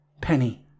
Penny